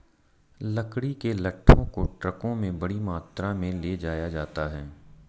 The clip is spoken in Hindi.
लकड़ी के लट्ठों को ट्रकों में बड़ी मात्रा में ले जाया जाता है